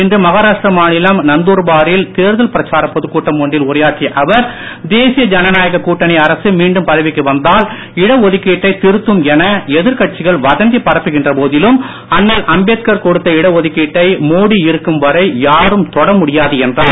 இன்று மகாராஷ்டிர மாநிலம் நந்தூர்பாரில் தேர்தல் பிரச்சாரப் பொதுக் கூட்டம் ஒன்றில் உரையாற்றிய அவர் தேசிய ஜனநாயக கூட்டணி அரசு மீண்டும் பதவிக்கு வந்தால் இடஒதுக்கீட்டை திருத்தும் என எதிர்கட்சிகள் வதந்தி பரப்புகின்ற போதிலும் அண்ணல் அம்பேத்கார் கொடுத்த இடஒதுக்கீட்டை மோடி இருக்கும் வரை யாரும் தொட முடியாது என்றார்